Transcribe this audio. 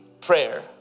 prayer